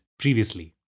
previously